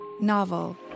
Novel